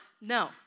No